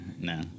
No